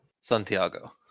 Santiago